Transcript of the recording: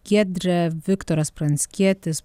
giedre viktoras pranckietis